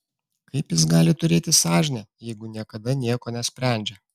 kaip jis gali turėti sąžinę jeigu niekada nieko nesprendžia